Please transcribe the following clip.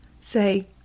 say